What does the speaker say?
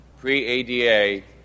pre-ADA